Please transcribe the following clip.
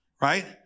right